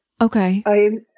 Okay